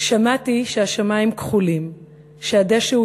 "שמעתי שהשמים כחולים,/ שהדשא הוא